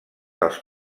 dels